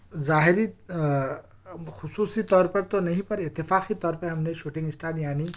ظاہری خصوصی طور پر تو نہیں پر اتفاقی طور پے ہم نے شوٹنگ اسٹار یعنی